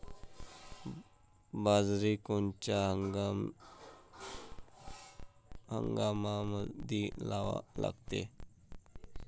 बाजरी कोनच्या हंगामामंदी लावा लागते?